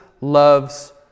loves